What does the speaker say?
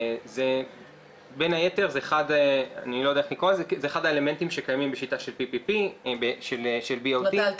זה אחד האלמנטים שקיימים בשיטה של BOT. האלטרנטיבה